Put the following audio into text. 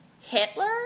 hitler